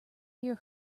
hear